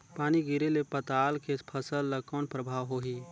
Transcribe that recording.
पानी गिरे ले पताल के फसल ल कौन प्रभाव होही?